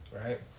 right